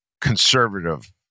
conservative